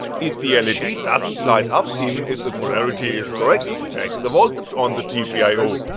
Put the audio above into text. if the ah led ah doesn't light up even if the polarity is correct, check the voltage on the gpio